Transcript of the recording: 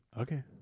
Okay